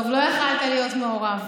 טוב, לא יכולת להיות מעורב.